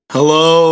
Hello